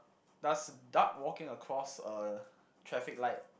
does duck walking across a traffic light